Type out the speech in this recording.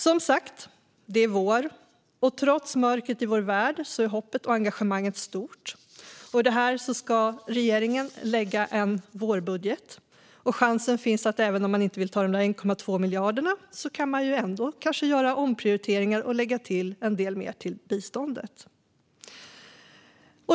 Som sagt - det är vår, och trots mörkret i vår värld är hoppet och engagemanget stort. Regeringen ska nu lägga fram en vårbudget, och chansen finns att man, även om man inte vill ta de där 1,2 miljarderna, kanske kan göra omprioriteringar och lägga till en del till biståndet.